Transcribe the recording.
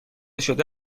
شده